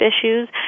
issues